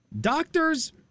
Doctors